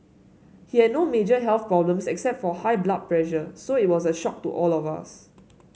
he had no major health problems except for high blood pressure so it was a shock to all of us